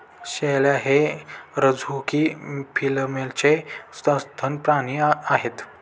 शेळ्या हे रझुकी फिलमचे सस्तन प्राणी आहेत